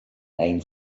ein